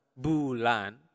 Bulan